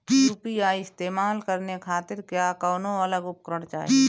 UPI इस्तेमाल करने खातिर क्या कौनो अलग उपकरण चाहीं?